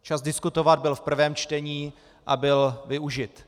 Čas diskutovat byl v prvním čtení a byl využit.